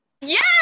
Yes